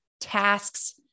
tasks